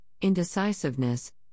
indecisiveness